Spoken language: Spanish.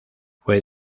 fue